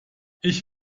ich